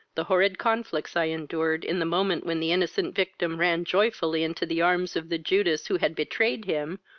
the horrid conflicts i endured, in the moment when the innocent victim ran joyfully into the arms of the judas who had betrayed him,